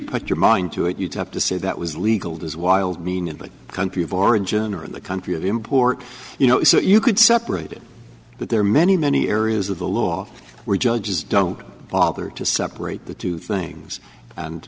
put your mind to it you'd have to say that was legal does wild mean in the country of origin or in the country of import you know you could separate it but there are many many areas of the law where judges don't bother to separate the two things and